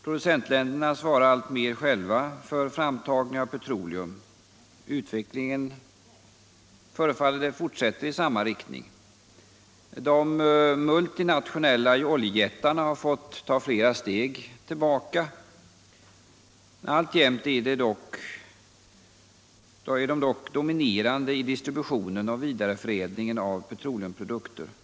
Producentländerna svarar alltmer själva för framtagning av petroleum. Utvecklingen förefaller att fortsätta i samma riktning. De multinationella oljejättarna har fått ta flera steg tillbaka. Alltjämt är de dock dominerande i distributionen och vidareförädlingen av petroleumprodukter.